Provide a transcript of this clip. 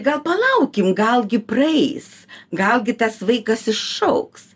gal palaukim gal gi praeis gal gi tas vaikas išaugs